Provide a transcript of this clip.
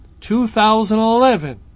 2011